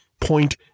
point